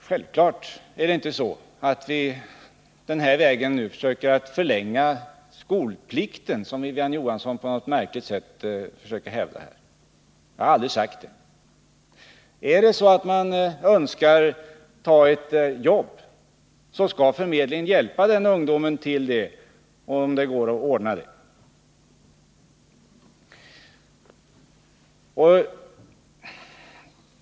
Självklart försöker vi inte den här vägen förlänga skolplikten, som Marie-Ann Johansson på något märkligt sätt försöker hävda här. Jag har aldrig sagt det. Önskar man ta ett jobb skall förmedlingen hjälpa ungdomarna till detta, om det går att ordna.